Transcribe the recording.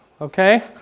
Okay